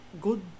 good